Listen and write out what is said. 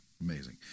amazing